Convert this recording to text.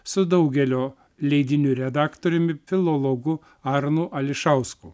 su daugelio leidinių redaktoriumi filologu arnu ališausku